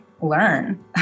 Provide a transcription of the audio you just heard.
learn